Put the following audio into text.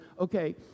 okay